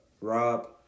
Rob